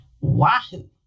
Wahoo